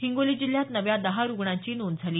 हिंगोली जिल्ह्यात नव्या दहा रुग्णांची नोंद झाली